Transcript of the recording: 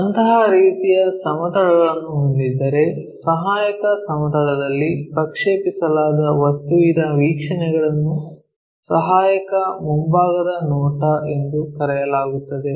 ಅಂತಹ ರೀತಿಯ ಸಮತಲಗಳನ್ನು ಹೊಂದಿದ್ದರೆ ಸಹಾಯಕ ಸಮತಲದಲ್ಲಿ ಪ್ರಕ್ಷೇಪಿಸಲಾದ ವಸ್ತುವಿನ ವೀಕ್ಷಣೆಗಳನ್ನು ಸಹಾಯಕ ಮುಂಭಾಗದ ನೋಟ ಎಂದು ಕರೆಯಲಾಗುತ್ತದೆ